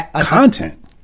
Content